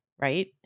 right